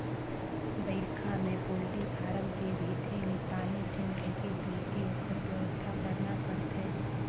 बइरखा में poultry farm के भीतरी में पानी झेन ढुंके कहिके ओखर बेवस्था करना परथे